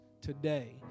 today